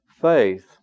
faith